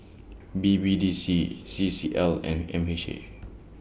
B B D C C C L and M H A